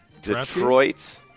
Detroit